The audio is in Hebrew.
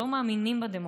ולא שלנו אין ביקורת.